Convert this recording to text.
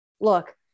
look